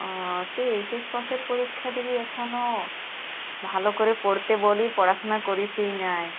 ও তুই এইচএস পাশের পরীক্ষা দিবি এখনও ভালো করে পড়তে বলি পড়াশোনা করিসিই না